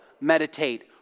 meditate